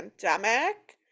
pandemic